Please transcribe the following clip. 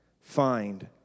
find